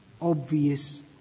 obvious